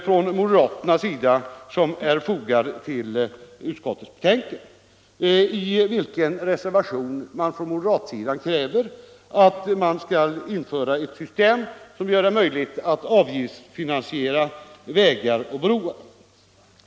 Jag vill avslutningsvis kort kommentera reservationen 2, i vilken man från moderatsidan kräver att ett system skall införas som gör det möjligt att avgiftsfinansiera vägar och broar.